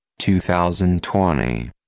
2020